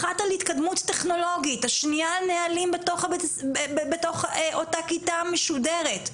אחת על התקדמות טכנולוגית השניה על נהלים בתוך אותה כיתה משודרת,